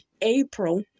April